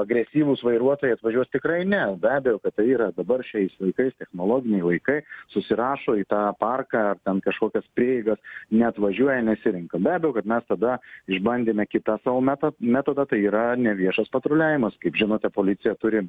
agresyvūs vairuotojai atvažiuos tikrai ne be abejo kad tai yra dabar šiais laikais technologiniai laikai susirašo į tą parką ten kažkokias prieigas neatvažiuoja nesirenka be abejo kad mes tada išbandėme kitą savo meta metodą tai yra neviešas patruliavimas kaip žinote policija turi